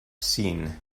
seen